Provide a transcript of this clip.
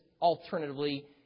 alternatively